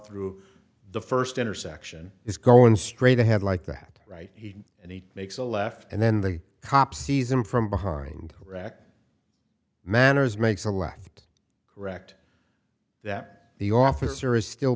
through the first intersection is going straight ahead like that right he and he makes a left and then the cop sees him from behind rack manners makes a left correct that the officer is still